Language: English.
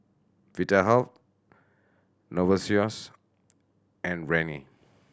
Vitahealth Novosource and Rene